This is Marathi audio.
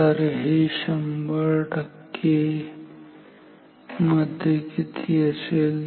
तर हे 100 मध्ये किती असेल